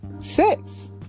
six